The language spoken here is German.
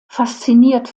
fasziniert